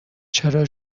چرا